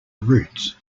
roots